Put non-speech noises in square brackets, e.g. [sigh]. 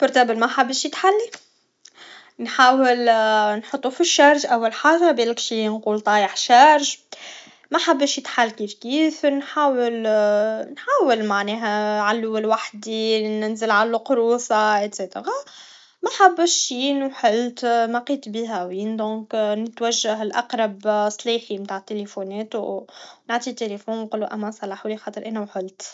برطابل محبش يتحلي نحاول نحطو فالشارج اول حاجه بالاكشي نقول طايح شارج ماحبش ستحل كيفكيف نحاول [hesitation] نحاول معناها علول وحدي ننزل علقروصا اكسيتيرا محبش وحلت ملقيت بيها وين دونك نتوجه لاقرب سلايكي نتاع التيليفونات و نعطيه التلفون و نقلو امان صلحهولي خاطر انا وحلت